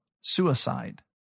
suicide